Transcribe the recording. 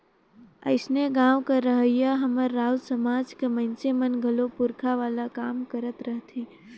अइसने गाँव कर रहोइया हमर राउत समाज कर मइनसे मन घलो पूरखा वाला काम करत रहथें